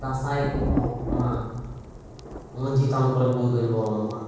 ᱫᱟᱸᱥᱟᱭ ᱠᱚᱦᱚᱸ ᱢᱟᱲᱟᱝ ᱢᱟᱡᱷᱤ ᱛᱷᱟᱱ ᱠᱚᱨᱮ ᱵᱚᱱ ᱵᱮᱞ ᱵᱚᱨᱚᱱᱚᱜᱼᱟ